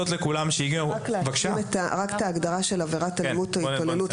רק להשלים את ההגדרה של עבירת אלימות או התעללות,